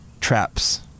traps